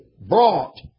brought